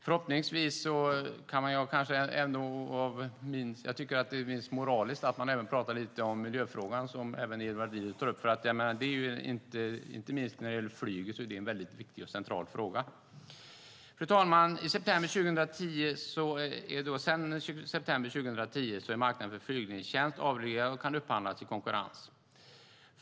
Jag tycker även att vi från moralisk synpunkt ska prata lite om miljöfrågan, vilket även Edward Riedl tog upp. Inte minst när det gäller flyget är miljön en viktig och central fråga. Fru talman! Sedan september 2010 är marknaden för flygledningstjänst avreglerad och kan upphandlas i konkurrens.